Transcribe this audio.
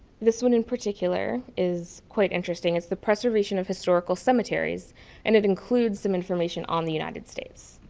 this one in particular is quite interesting. it's the preservation of historical cemeteries and it includes some information on the united states.